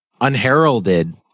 unheralded